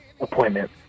appointment